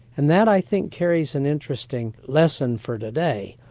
and that i think carries an interesting lesson for today,